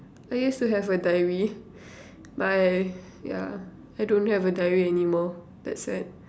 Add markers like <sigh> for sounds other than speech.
I used to have a diary <laughs> but yeah I don't have a diary anymore that's sad